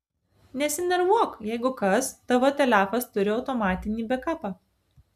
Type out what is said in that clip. nesinervuok jeigu kas tavo telefas turi automatinį bekapą